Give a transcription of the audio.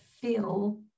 feel